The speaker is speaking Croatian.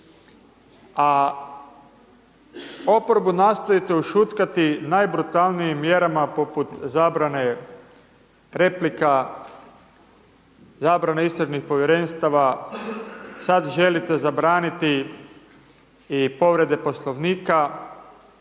a oporbu nastojite ušutkati najbrutalnijim mjerama poput zabrane replika, zabrane istražnih Povjerenstava, sad želite zabraniti i povrede Poslovnika,